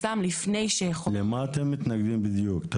למה בדיוק אתם מתנגדים?